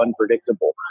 unpredictable